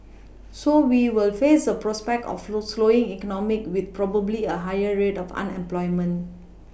so we will face the prospect of the slowing economy with probably a higher rate of unemployment